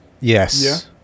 Yes